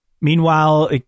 Meanwhile